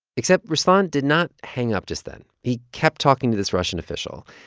except ruslan did not hang up just then. he kept talking to this russian official.